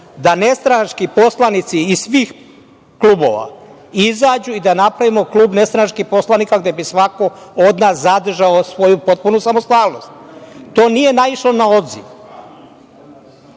da nestranački poslanici iz svih klubova izađu i da napravimo klub nestranačkih poslanika gde bi svako od nas zadržao svoju potpunu samostalnost. To nije naišlo na odziv.